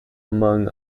among